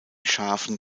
schafen